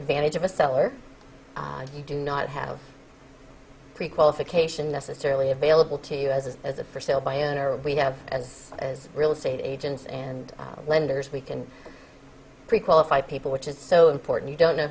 advantage of a seller and you do not have pre qualification necessarily available to you as a as a for sale by owner we have as as real estate agents and lenders we can pre qualify people which is so important you don't know